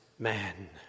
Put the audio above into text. Man